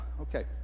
Okay